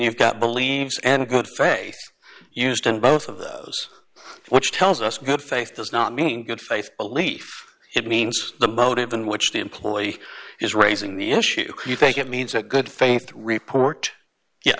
you've got believes and good friday used in both of those which tells us good faith does not mean good faith a leaf it means the motive in which the employee is raising the issue you think it means that good faith report ye